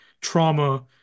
trauma